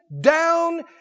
down